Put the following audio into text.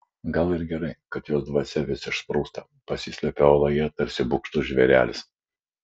gal ir gerai kad jos dvasia vis išsprūsta pasislepia oloje tarsi bugštus žvėrelis